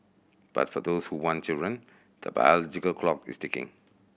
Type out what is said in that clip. but for those who want children the biological clock is ticking